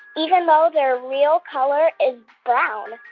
even though their real color is brown.